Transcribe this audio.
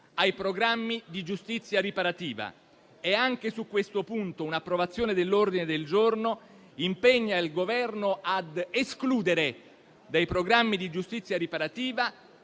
ai programmi di giustizia riparativa. Anche su questo punto, un'approvazione dell'ordine del giorno impegna il Governo a escludere dai programmi di giustizia riparativa